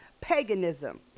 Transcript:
paganism